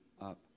up